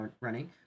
running